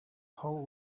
whole